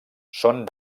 són